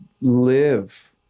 live